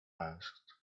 asked